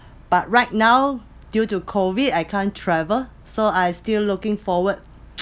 but right now due to COVID I can‘t travel so I still looking forward